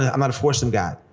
ah i'm not a foursome guy.